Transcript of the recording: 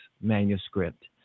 manuscript